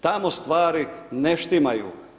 Tamo stvari ne štimaju.